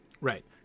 Right